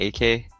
AK